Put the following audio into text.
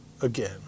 again